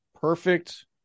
perfect